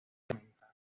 lamentar